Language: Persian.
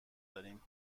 داریم